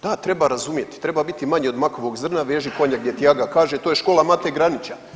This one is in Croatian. Da, treba razumjeti, treba biti manji od makovog zrna, veži konja gdje ti aga kaže, to je škola Mate Granića.